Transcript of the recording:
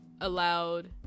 allowed